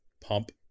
pump